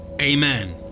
Amen